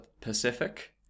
Pacific